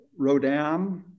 Rodam